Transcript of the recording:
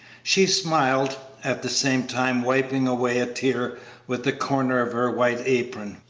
she smiled, at the same time wiping away a tear with the corner of her white apron.